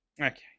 Okay